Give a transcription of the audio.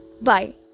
bye